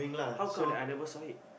how come that I never saw it